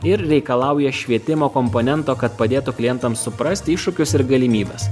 ir reikalauja švietimo komponento kad padėtų klientams suprasti iššūkius ir galimybes